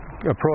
approach